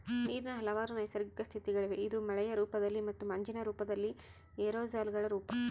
ನೀರಿನ ಹಲವಾರು ನೈಸರ್ಗಿಕ ಸ್ಥಿತಿಗಳಿವೆ ಇದು ಮಳೆಯ ರೂಪದಲ್ಲಿ ಮತ್ತು ಮಂಜಿನ ರೂಪದಲ್ಲಿ ಏರೋಸಾಲ್ಗಳ ರೂಪ